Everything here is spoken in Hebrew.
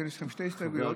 יש לכם שתי הסתייגות,